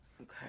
Okay